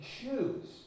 choose